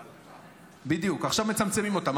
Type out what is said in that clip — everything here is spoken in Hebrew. --- בדיוק, עכשיו מצמצמים אותן.